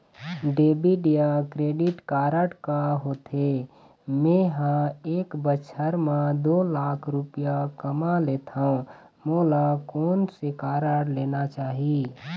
Debit या credit card का होथे, मे ह एक बछर म दो लाख रुपया कमा लेथव मोला कोन से कारड लेना चाही?